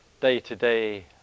day-to-day